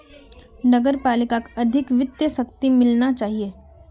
नगर पालिकाक अधिक वित्तीय शक्ति मिलना चाहिए